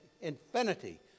infinity